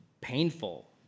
painful